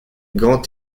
grand